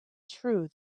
true